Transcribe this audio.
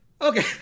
Okay